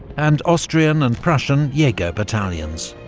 and austrian and prussian jager battalions.